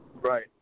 Right